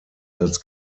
als